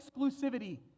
exclusivity